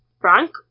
frank